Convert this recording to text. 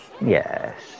Yes